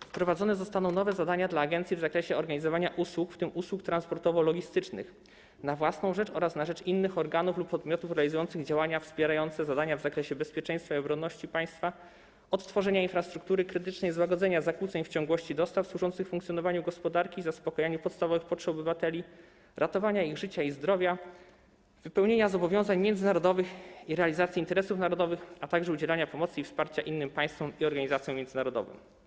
wprowadzone zostaną nowe zadania dla agencji w zakresie organizowania usług, w tym usług transportowo-logistycznych na własną rzecz oraz na rzecz innych organów lub podmiotów realizujących działania wspierające zadania w zakresie bezpieczeństwa i obronności państwa, odtworzenia infrastruktury krytycznej, złagodzenia zakłóceń w ciągłości dostaw służących funkcjonowaniu gospodarki i zaspokojenia podstawowych potrzeb obywateli, ratowania ich życia i zdrowia, wypełnienia zobowiązań międzynarodowych i realizacji interesów narodowych, a także udzielania pomocy i wsparcia innym państwom i organizacjom międzynarodowym.